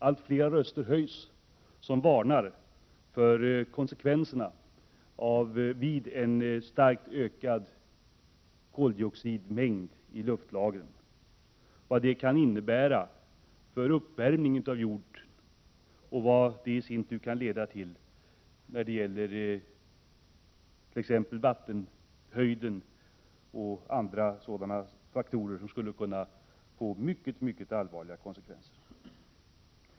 Allt fler röster höjs som varnar för konsekvenserna vid en starkt ökad koldioxidmängd i luftlagren och vad det kunde innebära för uppvärmningen av och vattennivån på jorden.